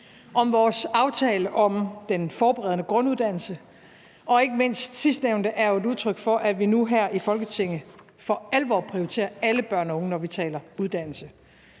for vores aftale om den forberedende grunduddannelse. Ikke mindst sidstnævnte er jo et udtryk for, at vi nu her i Folketinget for alvor prioriterer alle børn og unge, når vi taler uddannelse.